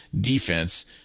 defense